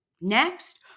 Next